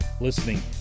listening